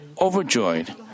overjoyed